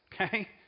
okay